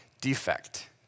defect